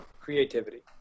creativity